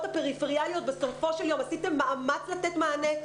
הפריפריאליות בסופו של דבר עשיתם מאמץ מענה,